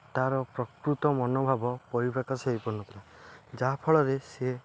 ତା'ର ପ୍ରକୃତ ମନୋଭାବ ପରିପ୍ରକାଶ ହୋଇପାରୁନଥିଲା ଯାହା ଫଳରେ ସେ